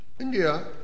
India